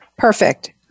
Perfect